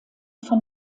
von